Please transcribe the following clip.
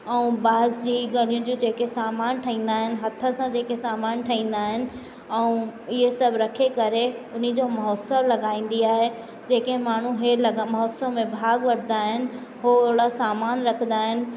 ऐं बांस जी गरी जा जेके सामान ठहींदा आहिनि हथ सां जेके सामान ठहींदा आहिनि ऐं इअं सभु रखी करे हुनजो महोत्सव लॻाईंदी आहे जेके माण्हू हे ल महोत्सव में भाॻु वठंदा आहिनि उहो ओड़ा सामान रखंदा आहिनि